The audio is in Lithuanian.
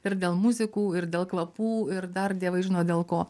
ir dėl muzikų ir dėl kvapų ir dar dievai žino dėl ko